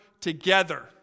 together